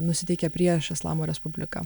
nusiteikę prieš islamo respubliką